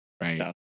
right